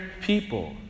people